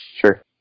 Sure